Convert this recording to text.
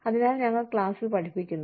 അതിനാൽ ഞങ്ങൾ ക്ലാസിൽ പഠിപ്പിക്കുന്നു